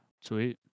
sweet